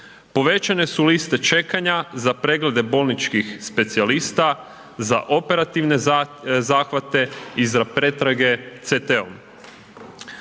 povećane su liste čekanja za preglede bolničkih specijalista, za operativne zahvate i za pretrage CT-om.